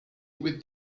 with